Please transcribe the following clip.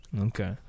Okay